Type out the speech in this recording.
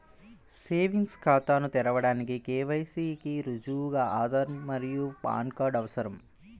savings ఖాతాను తెరవడానికి KYC కి రుజువుగా ఆధార్ మరియు పాన్ కార్డ్ అవసరం